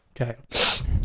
Okay